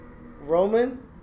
Roman